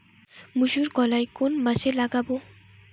মুসুর কলাই কোন মাসে লাগাব?